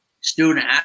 student